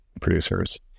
producers